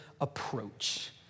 approach